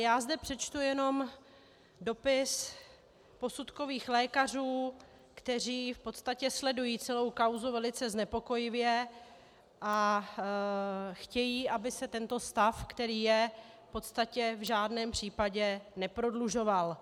Já zde přečtu jenom dopis posudkových lékařů, kteří v podstatě sledují celou kauzu velice znepokojeně a chtějí, aby se tento stav, který je, v podstatě v žádném případě neprodlužoval.